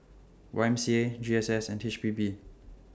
Y M C A G S S and H P B